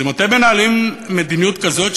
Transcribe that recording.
אז אם אתם מנהלים מדיניות כזאת,